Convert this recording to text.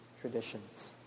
traditions